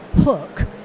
hook